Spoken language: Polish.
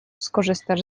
skorzystasz